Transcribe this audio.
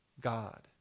God